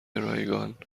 رایگان